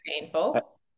painful